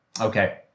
Okay